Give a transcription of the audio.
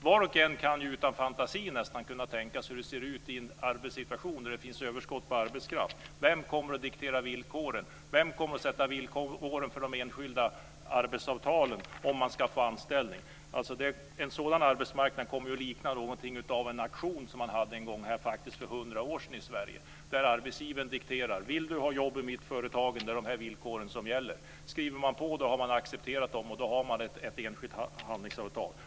Var och en kan nästan utan fantasi tänka sig hur det kommer att se ut i en arbetsmarknadssituation där det finns överskott på arbetskraft. Vem kommer att diktera villkoren? Vem kommer att sätta villkoren för de enskilda arbetsavtalen för att man ska få anställning? En sådan arbetsmarknad kommer att likna de auktioner man hade för hundra år sedan i Sverige. Arbetsgivaren dikterar: Vill du ha jobb i mitt företag är det de här villkoren som gäller. Skriver man på har man accepterat dem, och då har man ett enskilt avtal.